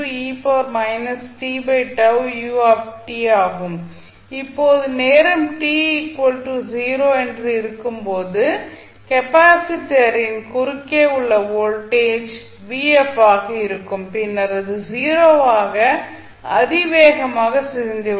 இப்போது நேரம் t 0 ஆக இருக்கும் போது கெப்பாசிட்டரின் குறுக்கே உள்ள வோல்டேஜ் vf ஆக இருக்கும் பின்னர் அது 0 ஆக அதிவேகமாக சிதைந்துவிடும்